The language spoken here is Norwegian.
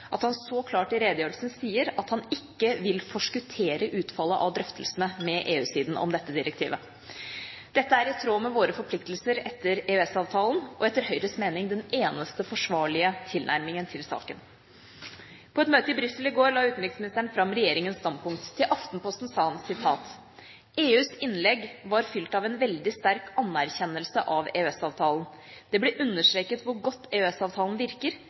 at han så klart i redegjørelsen sier at han ikke vil forskuttere utfallet av drøftelsene med EU-siden om dette direktivet. Dette er i tråd med våre forpliktelser etter EØS-avtalen og etter Høyres mening den eneste forsvarlige tilnærmingen til saken. På et møte i Brussel i går la utenriksministeren fram regjeringas standpunkt. Til Aftenposten sa han: «EUs innlegg var fylt av en veldig sterk anerkjennelse av EØS-avtalen. Det ble understreket hvor godt EØS-avtalen virker.